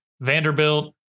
Vanderbilt